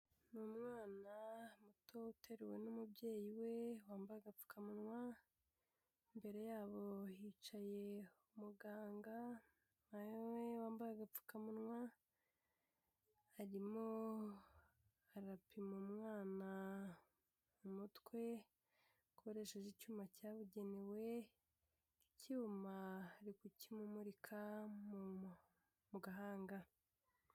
Ni umwana muto uteruwe n'umubyeyi we wambaye agapfukawa, imbere yabo hicaye umuganga nawe wambaye agapfukamunwa, arimo arapima umwana umutwe akoresheje icyuma cyabugenewe, icyuma ari gukimumurika mu gahanga.